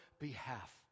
behalf